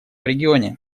регионе